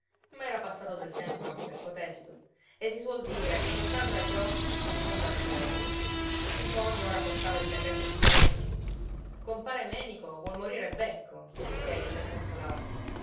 ma era passato del tempo anche per cotesto e si suol dire lontan dagli occhi lontan dal cuore ntoni ora portava il berretto sull'orecchio compare menico vuol morire becco disse egli per consolarsi